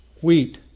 wheat